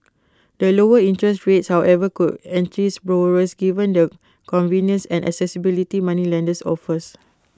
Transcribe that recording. the lower interest rates however could entice borrowers given the convenience and accessibility moneylenders offers